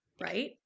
right